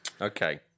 Okay